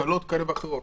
הקלות כאלה ואחרות,